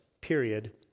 period